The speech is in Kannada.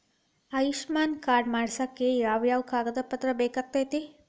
ಆಯುಷ್ಮಾನ್ ಕಾರ್ಡ್ ಮಾಡ್ಸ್ಲಿಕ್ಕೆ ಯಾವ ಯಾವ ಕಾಗದ ಪತ್ರ ಬೇಕಾಗತೈತ್ರಿ?